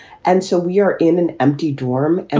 and so we are in an empty dorm. and